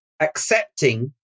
accepting